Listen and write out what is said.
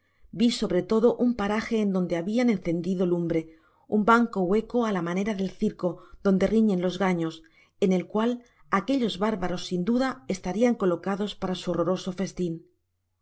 vi sobre todo un paraje en donde habian encendido lumbre un banco hueco á la manera del circo donde riüen los ganos en el cual aquellos bárbaros sin duda estarian colocados para su horroroso festin